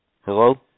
Hello